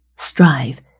Strive